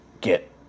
get